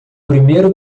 primeiro